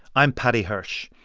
i'm paddy hirsch.